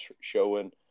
showing